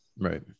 Right